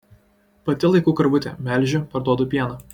pati laikau karvutę melžiu parduodu pieną